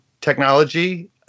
technology